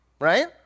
right